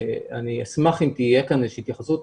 ואני אשמח אם תהיה כאן איזושהי התייחסות